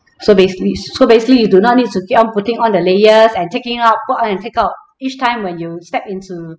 so basically so basically you do not need to keep on putting on the layers and taking out put on and take out each time when you step into